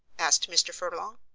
asked mr. furlong.